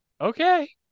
Okay